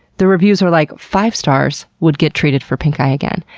the reviews are like, five stars. would get treated for pink eye again.